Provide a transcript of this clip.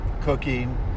cooking